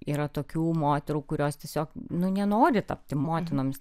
yra tokių moterų kurios tiesiog nu nenori tapti motinomis